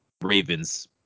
Ravens